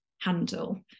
handle